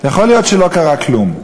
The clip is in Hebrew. יכול להיות שלא קרה כלום.